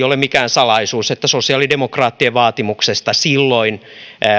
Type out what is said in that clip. ole mikään salaisuus että sosiaalidemokraattien vaatimuksesta silloin